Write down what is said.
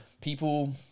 People